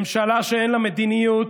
ממשלה שאין לה מדיניות